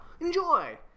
Enjoy